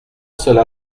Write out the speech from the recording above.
cela